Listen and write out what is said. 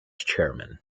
chairman